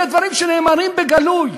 אלה דברים שנאמרים בגלוי.